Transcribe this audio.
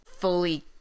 fully